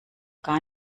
gar